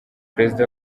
perezida